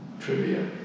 trivia